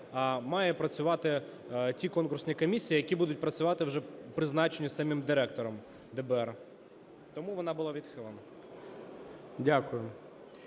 а мають працювати ті конкурсні комісії, які будуть працювати вже призначені самим директором ДБР. Тому вона була відхилена.